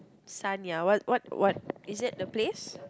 Sanya what what what is that the place